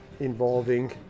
involving